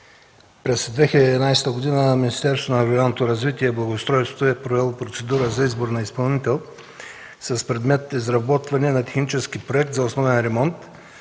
През 2011 г. Министерството на регионалното развитие и благоустройството е провело процедура за избор на изпълнител с предмет „Изработване на технически проект за основен ремонт